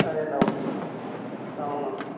అదే అండి అవును అవునవును